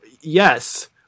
yes